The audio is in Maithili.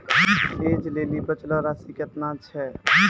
ऐज लेली बचलो राशि केतना छै?